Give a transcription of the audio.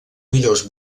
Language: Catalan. millors